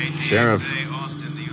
Sheriff